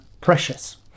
precious